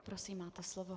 Prosím, máte slovo.